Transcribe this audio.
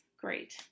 great